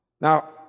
Now